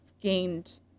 gained